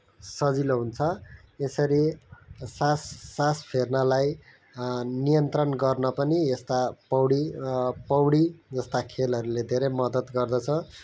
सजिलो हुन्छ यसरी सास सास फेर्नलाई नियन्त्रण गर्न पनि यस्ता पौडी पौडी जस्ता खेलहरूले धेरै मद्दत गर्दछ